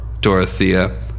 Dorothea